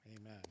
Amen